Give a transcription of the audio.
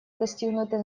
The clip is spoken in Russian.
достигнуты